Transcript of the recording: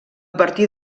partir